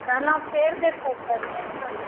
कहलहुॅं फेर देखबै लए पड़तै हन